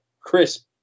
crisp